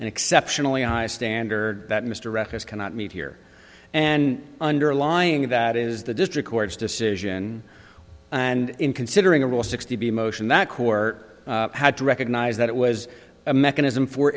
and exceptionally high standard that mr record cannot meet here and underlying that is the district court's decision and in considering a rule sixty b motion that court had to recognize that it was a mechanism for